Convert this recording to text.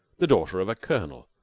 the daughter of a colonel,